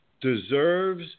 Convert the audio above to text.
deserves